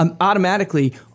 automatically